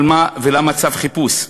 על מה ולמה צו חיפוש?